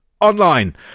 online